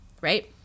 right